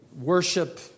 worship